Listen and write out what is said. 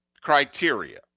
criteria